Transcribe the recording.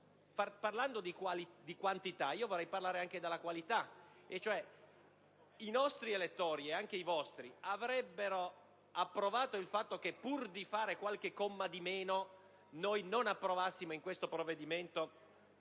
della quantità, vorrei parlare anche della qualità. I nostri elettori - e anche i vostri - avrebbero approvato il fatto che, pur di fare qualche comma di meno, noi non introducessimo in questo provvedimento